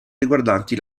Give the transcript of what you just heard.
riguardanti